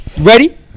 ready